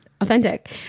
authentic